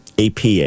APA